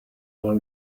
all